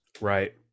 Right